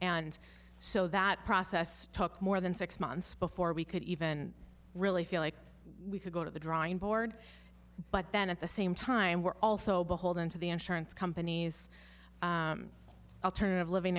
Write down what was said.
and so that process took more than six months before we could even really feel like we could go to the drawing board but then at the same time we're also beholden to the insurance companies alternative living